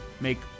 make